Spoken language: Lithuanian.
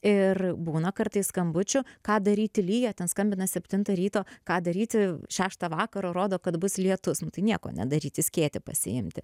ir būna kartais skambučių ką daryti lyja ten skambina septintą ryto ką daryti šeštą vakaro rodo kad bus lietus nu tai nieko nedaryti skėtį pasiimti